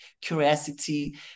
curiosity